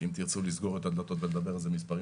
אם תרצו לסגור את הדלתות ולדבר על זה מספרים,